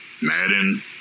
Madden